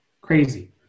crazy